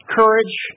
courage